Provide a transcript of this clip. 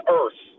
earth